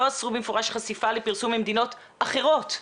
לא אסרו במפורש חשיפה לפרסום ממדינות אחרות,